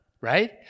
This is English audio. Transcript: right